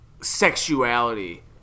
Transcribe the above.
sexuality